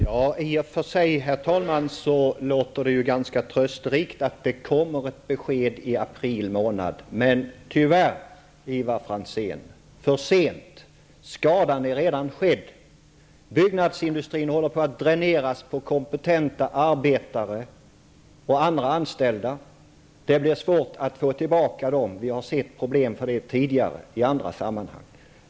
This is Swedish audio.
Herr talman! I och för sig är det ganska trösterikt att det kommer ett besked i april månad. Tyvärr, Ivar Franzén, är det för sent. Skadan är redan skedd. Byggnadsindustrin håller på att dräneras på kompetenta arbetare och andra anställda. Det blir svårt att få tillbaka dem. Sådana problem finns det exempel på i andra sammanhang.